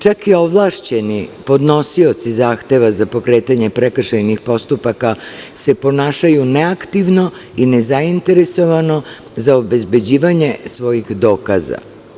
Čak i ovlašćeni podnosioci zahteva za pokretanje prekršajnih postupaka se ponašaju neaktivno i nezainteresovano za obezbeđivanje svojih dokaza.